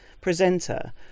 presenter